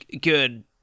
good